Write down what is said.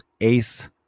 ace